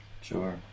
Sure